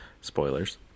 Spoilers